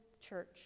church